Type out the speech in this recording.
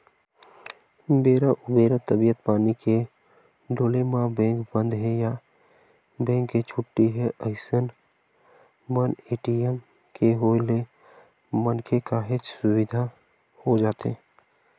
बेरा उबेरा तबीयत पानी के डोले म बेंक बंद हे या बेंक के छुट्टी हे अइसन मन ए.टी.एम के होय ले मनखे काहेच सुबिधा हो जाथे